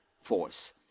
Force